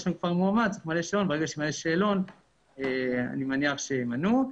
ברגע שימלא שאלון אני מניח שימנו.